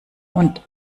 und